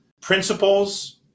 principles